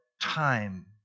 time